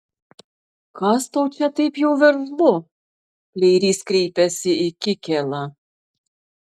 kas tau čia taip jau veržlu pleirys kreipėsi į kikėlą